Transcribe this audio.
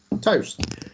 toast